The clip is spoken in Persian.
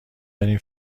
داریم